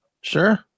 sure